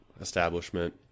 establishment